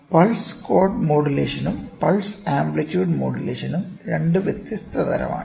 pulsed code മോഡുലേഷനും pulse amplitude മോഡുലേഷനും രണ്ട് വ്യത്യസ്ത തരം ആണ്